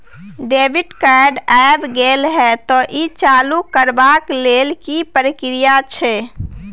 Debit card ऐब गेल हैं त ई चालू करबा के लेल की प्रक्रिया छै?